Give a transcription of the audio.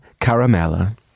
Caramella